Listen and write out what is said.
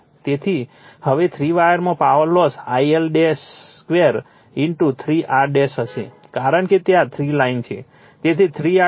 તેથી હવે થ્રી વાયરમાં power loss I L2 3 R હશે કારણ કે ત્યાં થ્રી લાઇન છે તેથી 3 R છે